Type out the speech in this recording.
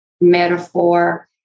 metaphor